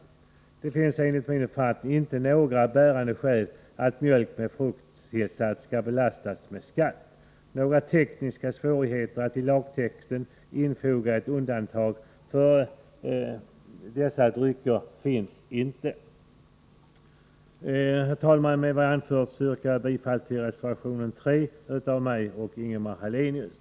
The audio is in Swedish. Det finns enligt min uppfattning inte några bärande skäl för att mjölk med frukttillsats skall belastas med skatt. Några tekniska svårigheter att i lagtexten infoga ett undantag för dessa drycker finns inte. Herr talman! Med vad jag anfört yrkar jag bifall till reservation 3 av mig och Ingemar Hallenius.